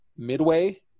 midway